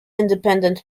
independent